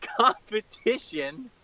competition